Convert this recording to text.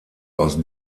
aus